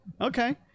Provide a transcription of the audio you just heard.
Okay